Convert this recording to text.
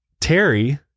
Terry